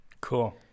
Cool